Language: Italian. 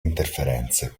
interferenze